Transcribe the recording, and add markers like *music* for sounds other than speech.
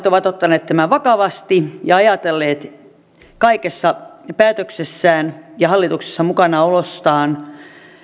*unintelligible* ovat ottaneet tämän vakavasti ja ajatelleet kaikessa päätöksessään ja hallituksessa mukanaolossaan